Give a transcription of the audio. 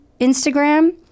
Instagram